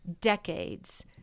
decades